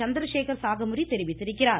சந்திரசேகர் சாகமூரி தெரிவித்திருக்கிறார்